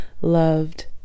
loved